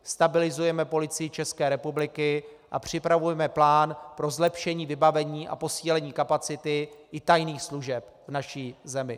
Stabilizujeme Policii České republiky a připravujeme plán pro zlepšení vybavení a posílení kapacity i tajných služeb v naší zemi.